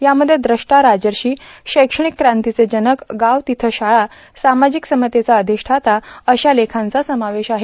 यामध्ये द्रष्टा राजर्षाशैक्षाणक क्रांतिचे जनक गाव तेथे शाळा सामाजिक समतेचा अधिष्ठाता अशा लेखांचा समावेश आहे